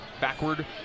backward